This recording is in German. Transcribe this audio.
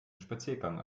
spaziergang